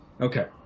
Okay